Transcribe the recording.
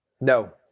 No